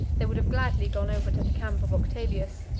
they would have gladly gone over to the camp of octavius,